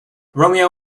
romeo